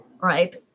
right